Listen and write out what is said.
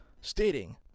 stating